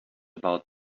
about